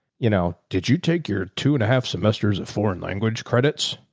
you know, did you take your two and a half semesters of foreign language credits?